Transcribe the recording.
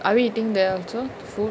are we eating there also the food